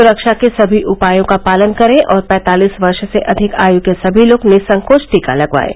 सुरक्षा के सभी उपायों का पालन करें और पैंतालीस वर्ष से अधिक आयु के सभी लोग निःसंकोच टीका लगवाएं